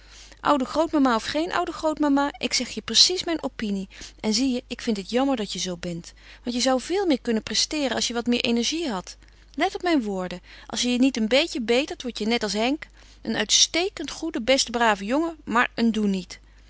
oude grootmama of geen oude grootmama ik zeg je precies mijn opinie en zie je ik vind het jammer dat je zoo bent want je zou veel meer kunnen presteeren als je wat meer energie hadt let op mijn woorden als je je niet een beetje betert wordt je net als henk een uitstekend goede beste brave jongen maar een doeniet